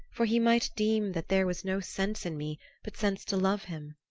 for he might deem that there was no sense in me but sense to love him.